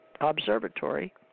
Observatory